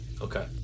Okay